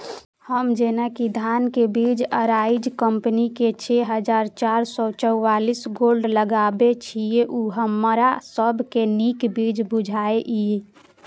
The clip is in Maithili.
हम जेना कि धान के बीज अराइज कम्पनी के छः हजार चार सौ चव्वालीस गोल्ड लगाबे छीय उ हमरा सब के नीक बीज बुझाय इय?